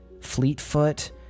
Fleetfoot